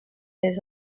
his